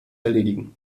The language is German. erledigen